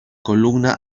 columna